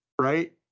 right